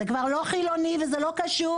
זה כבר לא חילוני וכבר לא קשור,